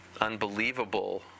unbelievable